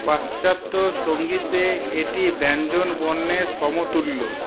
পাশ্চাত্য সঙ্গীতে এটি ব্যঞ্জনবর্ণের সমতুল্য